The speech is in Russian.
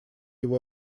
его